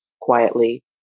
quietly